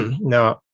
now